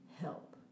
help